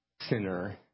sinner